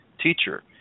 Teacher